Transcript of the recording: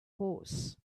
horse